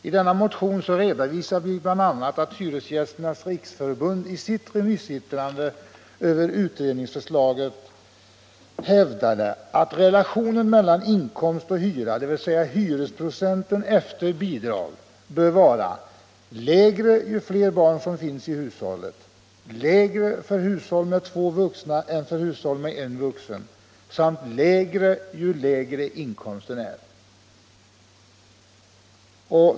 I denna motion redovisar vi bl.a. att Hyresgästernas riksförbund i sitt remissyttrande över utredningsförslaget hävdade att relationen mellan inkomst och hyra, dvs. hyresprocenten efter bidrag, bör vara lägre ju fler barn som finns i hushållet, lägre för hushåll med två vuxna än för hushåll med en vuxen samt lägre ju lägre inkomsten är.